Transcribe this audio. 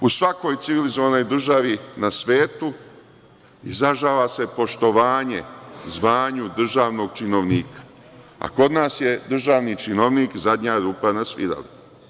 U svakoj civilizovanoj državi na svetu izražava se poštovanje zvanju državnog činovnika, a kod nas je državni činovnik zadnja rupa na svirali.